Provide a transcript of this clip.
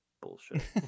bullshit